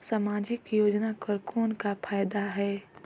समाजिक योजना कर कौन का फायदा है?